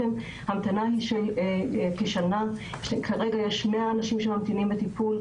ההמתנה, כמה מקומות פנויים יש.